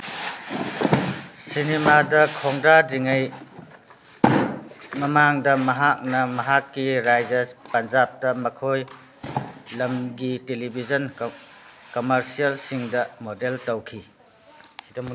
ꯁꯤꯅꯤꯃꯥꯗ ꯈꯣꯡꯗꯥꯗ꯭ꯔꯤꯉꯩꯒꯤ ꯃꯃꯥꯡꯗ ꯃꯍꯥꯛꯅ ꯃꯍꯥꯛꯀꯤ ꯔꯥꯏꯖ꯭ꯌꯥ ꯄꯟꯖꯥꯕꯇ ꯃꯈꯣꯏ ꯂꯝꯒꯤ ꯇꯤꯂꯤꯚꯤꯁꯟ ꯀꯃꯔꯁꯤꯌꯦꯜꯁꯤꯡꯗ ꯃꯣꯗꯦꯜ ꯇꯧꯈꯤ